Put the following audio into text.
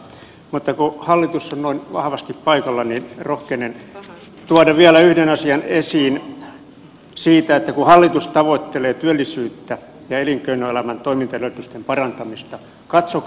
mutta kun hallitus on noin vahvasti paikalla niin rohkenen tuoda vielä yhden asian esiin siitä että kun hallitus tavoittelee työllisyyttä ja elinkeinoelämän toimintaedellytysten parantamista niin katsokaa hankoniemelle